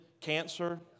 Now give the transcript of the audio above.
cancer